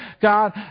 God